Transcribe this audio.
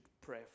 pray